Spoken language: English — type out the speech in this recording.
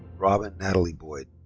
robyn natalie boyd.